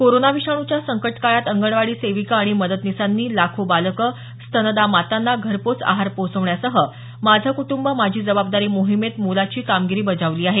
corona विषाणूच्या संकटकाळात अंगणवाडी सेविका आणि मदतनीसांनी लाखो बालकं स्तनदा मातांना घरपोच आहार पोहचवण्यासह माझं कुटुंब माझी जबाबदारी मोहिमेत मोलाची कामगिरी बजावली आहे